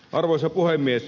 arvoisa puhemies